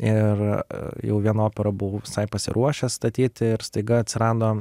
ir jau vieną operą buvau visai pasiruošęs statyti ir staiga atsirado